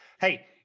Hey